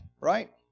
Right